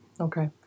Okay